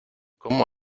cómo